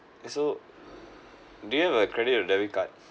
yeah so do you have a credit or debit card